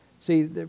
See